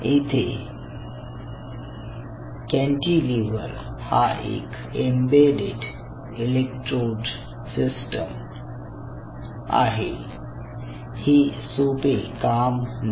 येथे कॅन्टीलिव्हर हा एक एम्बेड्डेड इलेक्ट्रोड सिस्टम आहे हे सोपे काम नाही